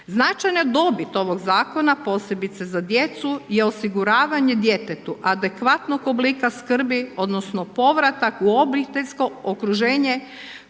Značajna dobit ovog zakona posebice za djecu je osiguravanje djetetu adekvatnog oblika skrbi, odnosno, povratak u obiteljsko okruženje